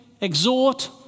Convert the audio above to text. exhort